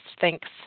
thanks